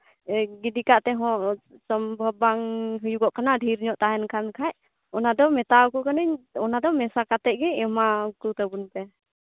ᱮᱭ ᱜᱤᱰᱤ ᱠᱟᱜᱛᱮᱦᱚᱸ ᱥᱚᱢᱵᱷᱚᱵ ᱵᱟᱝ ᱦᱩᱭᱩᱜᱚᱜ ᱠᱟᱱᱟ ᱰᱷᱮᱨ ᱧᱚᱜ ᱛᱟᱦᱮᱱ ᱠᱟᱱ ᱠᱷᱟᱡ ᱚᱱᱟᱫᱚ ᱢᱮᱛᱟᱠᱚ ᱠᱟᱹᱱᱟᱹᱧ ᱚᱱᱟᱫᱚ ᱢᱮᱥᱟ ᱠᱟᱛᱮᱜ ᱜᱮ ᱮᱢᱟᱠᱚ ᱛᱟᱵᱚᱱ ᱯᱮ